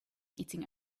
eating